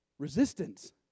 resistance